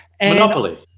Monopoly